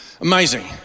Amazing